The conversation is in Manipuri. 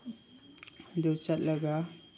ꯑꯗꯨ ꯆꯠꯂꯒ